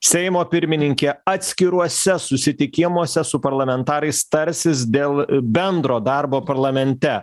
seimo pirmininkė atskiruose susitikimuose su parlamentarais tarsis dėl bendro darbo parlamente